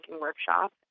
workshop